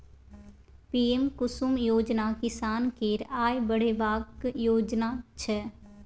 PM Kusum योजना किसान केर आय बढ़ेबाक योजना छै